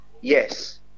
yes